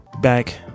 Back